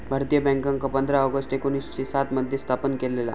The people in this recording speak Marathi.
भारतीय बॅन्कांका पंधरा ऑगस्ट एकोणीसशे सात मध्ये स्थापन केलेला